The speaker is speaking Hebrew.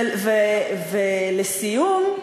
ולסיום,